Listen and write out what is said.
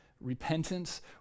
repentance